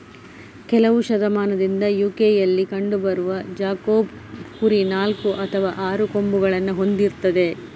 ಕೆಲವು ಶತಮಾನದಿಂದ ಯು.ಕೆಯಲ್ಲಿ ಕಂಡು ಬರುವ ಜಾಕೋಬ್ ಕುರಿ ನಾಲ್ಕು ಅಥವಾ ಆರು ಕೊಂಬುಗಳನ್ನ ಹೊಂದಿರ್ತದೆ